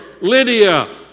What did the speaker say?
Lydia